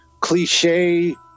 cliche